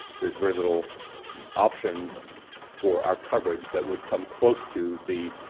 there is very little option for our coverage that would come close to the